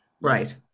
right